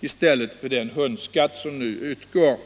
i stället för den hundskatt som nu utgår.